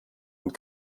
und